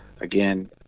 again